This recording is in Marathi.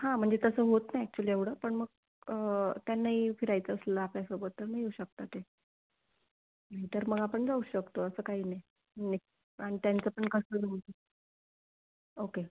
हां म्हणजे तसं होत नाही ॲक्च्युली एवढं पण मग त्यांनाही फिरायचं असलं आपल्यासोबत तर येऊ शकता ते तर मग आपण जाऊ शकतो असं काही नाही म्हणजे कारण त्यांचं पण कसं ओके